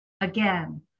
again